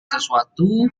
sesuatu